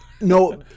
no